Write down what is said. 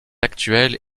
actuelle